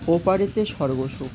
ওপারেতে সর্বসুখ